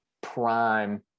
prime